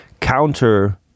counter